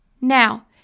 now